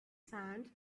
sand